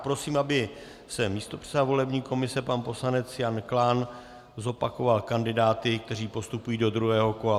Prosím, aby místopředseda volební komise pan poslanec Jan Klán zopakoval kandidáty, kteří postupují do druhého kola.